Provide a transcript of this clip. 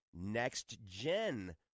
Next-gen